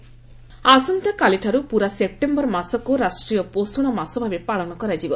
ପୋଷଣ ଏମ୍ଏଏଏଚ୍ ଆସନ୍ତାକାଲିଠାରୁ ପୂରା ସେପ୍ଟେମ୍ବର ମାସକୁ ରାଷ୍ଟ୍ରୀୟ ପୋଷଣ ମାସ ଭାବେ ପାଳନ କରାଯିବ